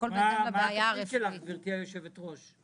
מה התכלית שלך, גברתי יושבת הראש?